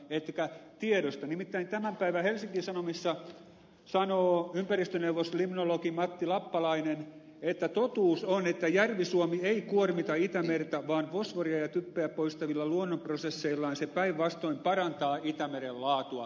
nimittäin tämän päivän helsingin sanomissa sanoo ympäristöneuvos limnologi matti lappalainen että totuus on että järvi suomi ei kuormita itämerta vaan fosforia ja typpeä poistavilla luonnonprosesseillaan se päinvastoin parantaa itämeren laatua